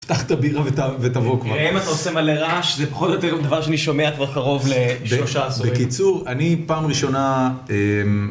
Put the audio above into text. פתח את הבירה ותבוא כבר. אם אתה עושה מלא רעש זה פחות או יותר דבר שאני שומע כבר קרוב לשלושה עשורים. בקיצור, אני פעם ראשונה...